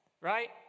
Right